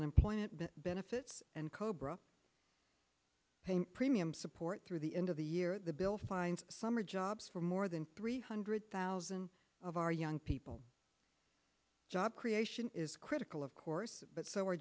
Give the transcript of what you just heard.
unemployment benefits and cobra paying premium support through the end of the year the bill finds summer jobs for more than three hundred thousand of our young people job creation is critical of course but so